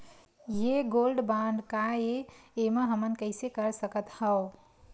ये gold bond काय ए एमा हमन कइसे कर सकत हव?